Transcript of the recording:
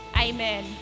Amen